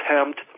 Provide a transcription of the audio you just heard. attempt